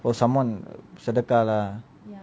oh someone sadaqa lah